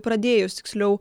pradėjus tiksliau